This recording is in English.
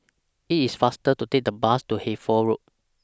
IT IS faster to Take The Bus to Hertford Road